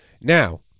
Now